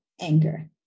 anger